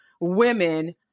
women